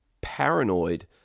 paranoid